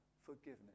Forgiveness